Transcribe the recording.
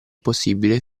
possibile